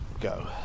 go